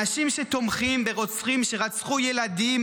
אנשים שתומכים ברוצחים שרצחו ילדים,